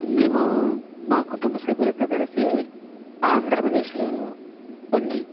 మేము మా కుటుంబ సభ్యులతో కలిసి ఆంధ్రప్రదేశ్లో కొన్ని